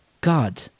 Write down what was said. God